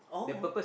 oh